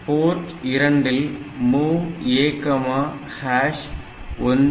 Port 2 ல்